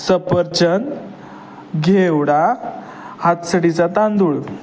सफरचंद घेवडा हातसडीचा तांदूळ